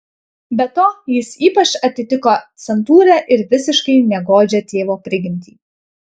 be to jis ypač atitiko santūrią ir visiškai negodžią tėvo prigimtį